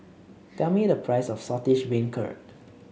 tell me the price of Saltish Beancurd